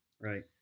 Right